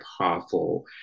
powerful